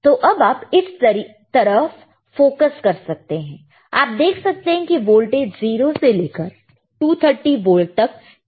तो अब आप इस तरह फोकस कर सकते हैं आप देख सकते हैं कि वोल्टेज 0 से लेकर 230 वोल्ट तब चेंज होता है